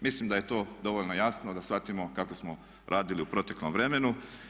Mislim da je to dovoljno jasno da shvatimo kako smo radili u proteklom vremenu.